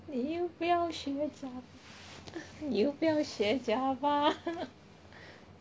你又不要学 Java 你又不要学 Java